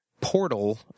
portal